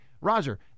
Roger